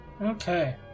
Okay